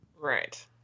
Right